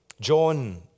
John